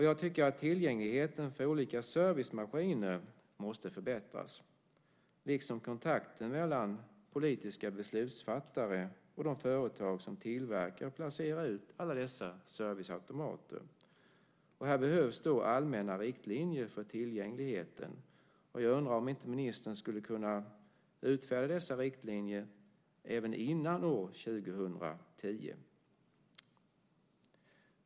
Jag tycker att tillgängligheten till olika servicemaskiner måste förbättras, liksom kontakten mellan politiska beslutsfattare och de företag som tillverkar och placerar ut alla dessa serviceautomater. Här behövs allmänna riktlinjer för tillgängligheten. Jag undrar om inte ministern skulle kunna utfärda dessa riktlinjer även före år 2010.